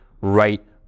right